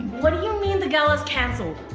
what do you mean the gala's cancelled?